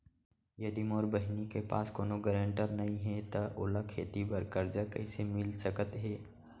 यदि मोर बहिनी के पास कोनो गरेंटेटर नई हे त ओला खेती बर कर्जा कईसे मिल सकत हे?